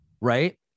Right